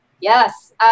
Yes